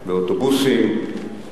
באוטובוסים,